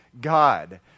God